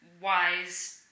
wise